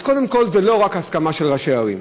אז קודם כול, זה לא רק הסכמה של ראשי הערים,